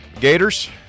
Gators